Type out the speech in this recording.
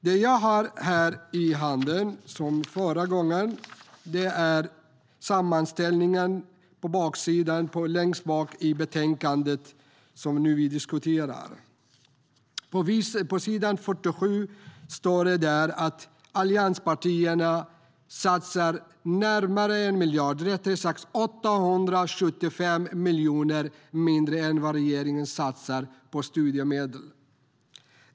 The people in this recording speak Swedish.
Det jag har i handen, nu liksom förra gången, är sammanställningen längst bak i betänkandet som vi nu diskuterar. På s. 47 står det att allianspartierna satsar närmare 1 miljard, rättare sagt 875 miljoner, mindre än regeringen på studiemedel.